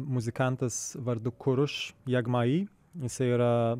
muzikantas vardu kurš jegmai jisai yra